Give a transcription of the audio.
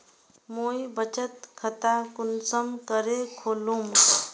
मुई बचत खता कुंसम करे खोलुम?